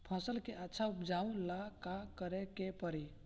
फसल के अच्छा उपजाव ला का करे के परी?